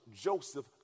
Joseph